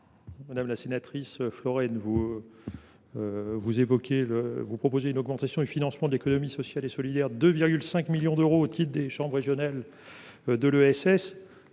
Madame la sénatrice Florennes, vous proposez une augmentation du financement de l’économie sociale et solidaire de 2,5 millions d’euros au titre des chambres régionales de l’ESS.